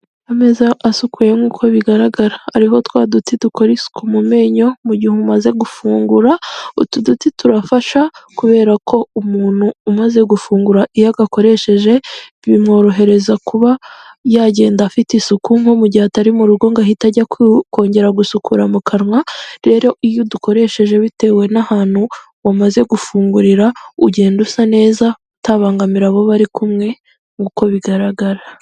Ameza asukuye nk'uko bigaragara ariho twa duti dukora isuku mu menyo mu gihe umaze gufungura, utu duti turafasha kubera ko umuntu umaze gufungura iyo agakoresheje, bimworohereza kuba yagenda afite isuku nko mu gihe atari mu rugo ngo agahita ajya kongera gusukura mu kanwa, rero iyo dukoresheje bitewe n'ahantu wamaze gufungurira ugenda usa neza utabangamira abo muri kumwe nk'uko bigaragara.